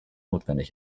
notwendig